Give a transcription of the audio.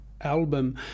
album